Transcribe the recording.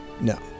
No